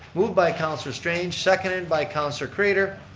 moved by councillor strange, seconded by councillor craitor.